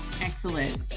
Excellent